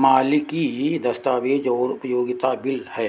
मालिकी दस्तावेज़ और उपयोगिता बिल है